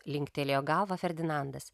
linktelėjo galvą ferdinandas